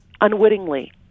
unwittingly